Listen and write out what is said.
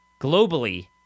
Globally